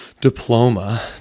diploma